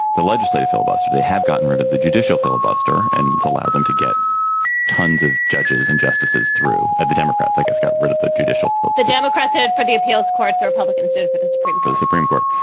the legislative filibuster. they have gotten rid of the judicial filibuster and allow them to get tons of judges and justices threw at the democrats, i guess, got rid of the judicial vote the democrats headed for the appeals courts republicans stood for the supreme for the supreme court,